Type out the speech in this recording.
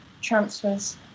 transfers